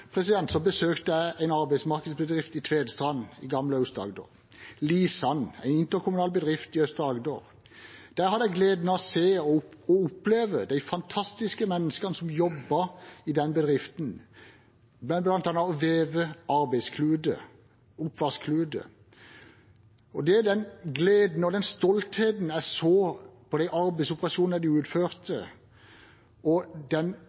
besøkte jeg en arbeidsmarkedsbedrift i Tvedestrand i gamle Aust-Agder – Lisand, en interkommunal bedrift i østre Agder. Der hadde jeg gleden av å se og oppleve de fantastiske menneskene som jobber i den bedriften med bl.a. å veve arbeidskluter og oppvaskkluter. Den gleden og stoltheten jeg så over de arbeidsoperasjonene de utførte, og den